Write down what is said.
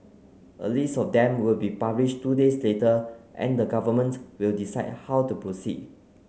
a list of them will be published two days later and the government will decide how to proceed